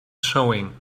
showing